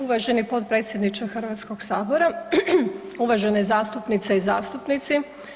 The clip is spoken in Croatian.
Uvaženi potpredsjedniče Hrvatskoga sabora, uvažene zastupnice i zastupnici.